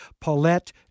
Paulette